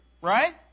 right